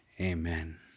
amen